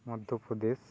Madhya Pradesh